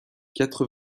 quatre